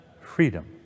freedom